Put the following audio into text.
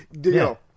Deal